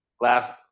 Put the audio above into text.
Last